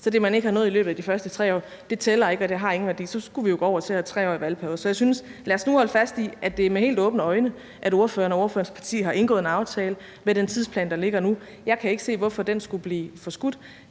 det, man har nået i løbet af de første 3 år, ikke, og så har det ingen værdi – så skulle vi jo gå over til at have 3-årige valgperioder. Så jeg synes, at vi skal holde fast i, at det er med helt åbne øjne, at ordføreren og ordførerens parti har indgået en aftale med den tidsplan, der ligger nu. Jeg kan ikke se, hvorfor den skulle blive forskudt.